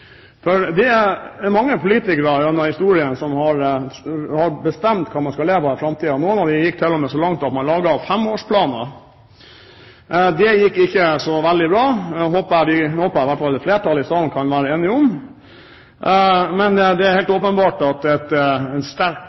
i framtiden. Det er mange politikere gjennom historien som har bestemt hva man skal leve av i framtiden. Noen av dem gikk til og med så langt at man laget femårsplaner. Det gikk ikke så veldig bra. Det håper jeg i hvert fall flertallet i salen kan være enig i. Men det er helt åpenbart at en sterk